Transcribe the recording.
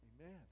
Amen